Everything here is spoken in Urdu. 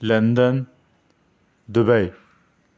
London Dubai